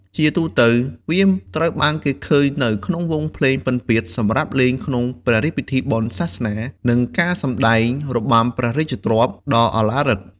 ជាទូទៅ វាត្រូវបានគេឃើញនៅក្នុងវង់ភ្លេងពិណពាទ្យ សម្រាប់លេងក្នុងព្រះរាជពិធីបុណ្យ សាសនា និងការសម្តែងរបាំព្រះរាជទ្រព្យដ៏ឧឡារិក។